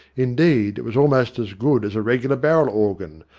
indeed it was almost as good as a regular barrel-organ,